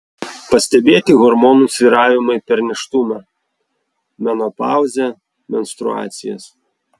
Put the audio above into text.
pastebėti hormonų svyravimai per nėštumą menopauzę menstruacijas